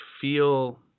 feel